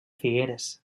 figueres